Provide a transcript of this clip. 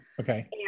okay